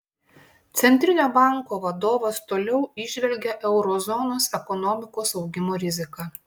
centrinio banko vadovas toliau įžvelgia euro zonos ekonomikos augimo riziką